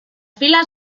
filas